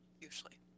usually